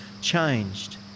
changed